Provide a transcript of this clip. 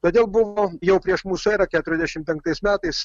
todėl buvo jau prieš mūsų erą keturiasdešim penktais metais